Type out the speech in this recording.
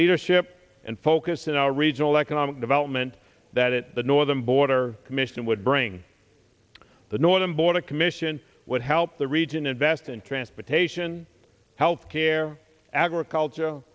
leadership and focus in our regional economic development that it the northern border commission would bring the northern border commission would help the region invest in transportation health care agriculture